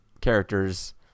characters